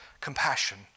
compassion